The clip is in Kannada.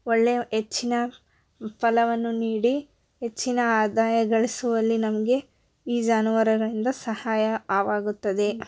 ಒಳ್ಳೆಯ ಹೆಚ್ಚಿನ ಫಲವನ್ನು ನೀಡಿ ಹೆಚ್ಚಿನ ಆದಾಯ ಗಳಿಸುವಲ್ಲಿ ನಮಗೆ ಈ ಜಾನುವಾರುಗಳಿಂದ ಸಹಾಯ ಆವಾಗುತ್ತದೆ